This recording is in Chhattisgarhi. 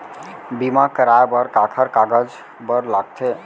बीमा कराय बर काखर कागज बर लगथे?